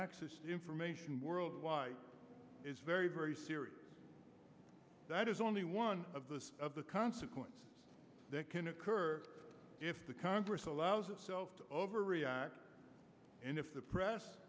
access to information worldwide is very very serious that is only one of those of the consequences that can occur if the congress allows itself to overreact and if the press